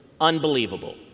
unbelievable